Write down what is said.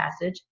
passage